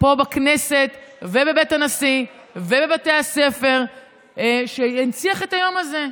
פה בכנסת ובבית הנשיא ובבתי הספר שינציח את היום הזה,